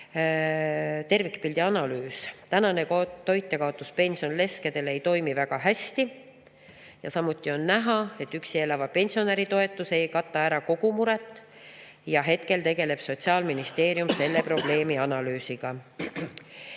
tervikpildi analüüs. Praegune toitjakaotuspension leskede puhul ei toimi väga hästi, samuti on näha, et üksi elava pensionäri toetus ei kata kogu muret. Hetkel tegeleb Sotsiaalministeerium selle probleemi analüüsiga.